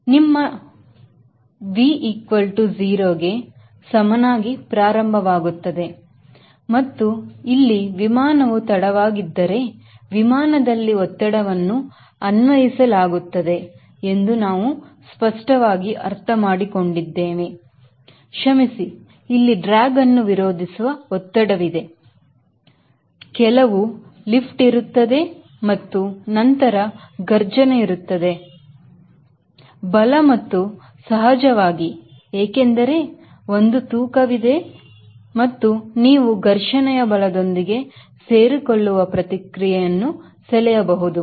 ಮತ್ತು ನಿಮ್ಮ ನಾವುV0 ಕೆ ಸಮನಾಗಿ ಪ್ರಾರಂಭವಾಗುತ್ತದೆ ಮತ್ತು ಇಲ್ಲಿ ವಿಮಾನವು ತಡವಾಗಿದ್ದರೆ ವಿಮಾನದಲ್ಲಿ ಒತ್ತಡವನ್ನು ಅನ್ವಯಿಸಲಾಗುತ್ತದೆ ಎಂದು ನಾವು ಸ್ಪಷ್ಟವಾಗಿ ಅರ್ಥ ಮಾಡಿಕೊಂಡಿದ್ದೇನೆ ಕ್ಷಮಿಸಿ ಇಲ್ಲಿ ಡ್ರ್ಯಾಗ್ ಅನ್ನು ವಿರೋಧಿಸುವ ಒತ್ತಡವಿದೆ ಕೆಲ ಕೆಲವು ಲಿಫ್ಟ್ ಇರುತ್ತದೆ ಮತ್ತು ನಂತರ ಘರ್ಜನೆ ಇರುತ್ತದೆ ಬಲ ಮತ್ತು ಸಹಜವಾಗಿ ಏಕೆಂದರೆ ಒಂದು ತೂಕವಿದೆ ಮತ್ತು ನೀವು ಘರ್ಷಣೆಯ ಬಲದೊಂದಿಗೆ ಸೇರಿಕೊಳ್ಳುವ ಪ್ರತಿಕ್ರಿಯೆಯನ್ನು ಸೆಳೆಯಬಹುದು